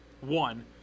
one